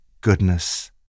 goodness